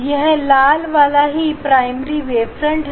यह लाल वाला ही प्राइमरी वेवफ्रंट है